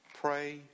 Pray